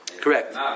Correct